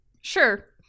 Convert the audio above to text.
sure